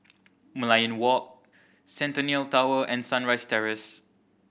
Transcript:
Merlion Walk Centennial Tower and Sunrise Terrace